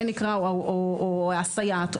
או סייעת,